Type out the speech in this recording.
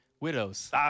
Widows